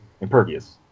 Impervious